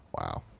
Wow